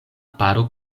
paro